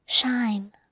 Shine